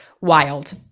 wild